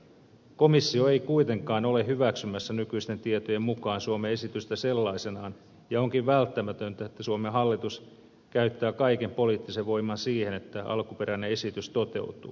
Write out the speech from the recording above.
komissio ei kuitenkaan ole hyväksymässä nykyisten tietojen mukaan suomen esitystä sellaisenaan ja onkin välttämätöntä että suomen hallitus käyttää kaiken poliittisen voiman siihen että alkuperäinen esitys toteutuu